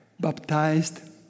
baptized